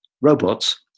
robots